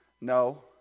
No